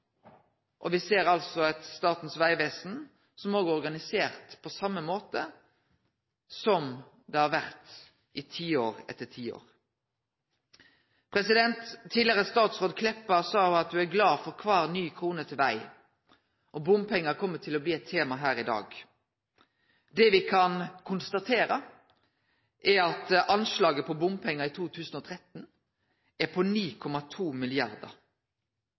fornyinga. Me ser at Statens Vegvesen er organisert på same måten som det har vore det i tiår etter tiår. Tidlegare statsråd Meltveit Kleppa sa at ho er glad for kvar ny krone til veg. Bompengar kjem til å bli eit tema her i dag. Det me kan konstatere er at anslaget om bompengar i 2013 er på 9,2